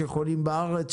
שיכולים בארץ,